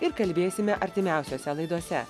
ir kalbėsime artimiausiose laidose